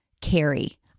carry